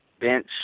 bench